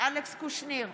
אלכס קושניר,